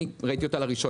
אני ראיתי אותה לראשונה.